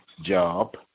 job